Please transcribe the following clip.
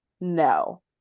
No